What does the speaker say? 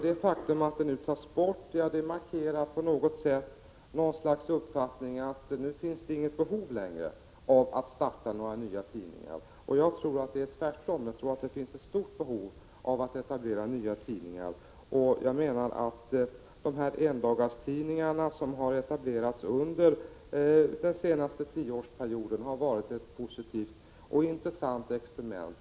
Det faktum att det nu tas bort markerar på något sätt uppfattningen att det nu inte längre finns något behov av att starta nya tidningar. Jag tror att det är tvärtom — jag tror att det finns ett stort behov av att etablera nya tidningar. Och jag menar att de endagstidningar som etablerats under den senaste tioårsperioden har inneburit ett positivt och intressant experiment.